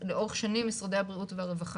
לאורך שנים משרדי הבריאות והרווחה